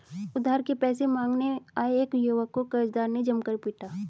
उधार के पैसे मांगने आये एक युवक को कर्जदार ने जमकर पीटा